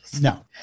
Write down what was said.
no